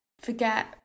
Forget